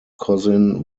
cousin